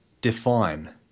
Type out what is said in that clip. Define